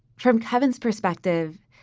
from kevin's perspective,